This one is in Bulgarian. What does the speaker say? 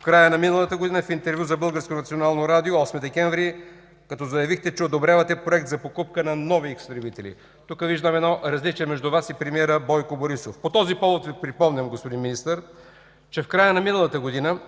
в края на миналата година. В интервю за Българско национално радио още декември заявихте, че одобрявате проект за покупка на нови изтребители. Тук виждам едно различие между Вас и премиера Бойко Борисов. По този повод Ви припомням, господин Министър, че в края на миналата година